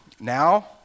Now